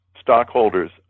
stockholders